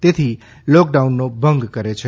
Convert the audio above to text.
તેથી લોકડાઉનનો ભંગ કરે છે